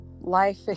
life